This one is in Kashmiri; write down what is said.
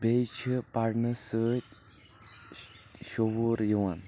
بییٚہِ چھِ پرنہٕ سۭتۍ شعور یِوان